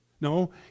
No